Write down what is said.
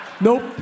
Nope